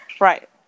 Right